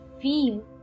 feel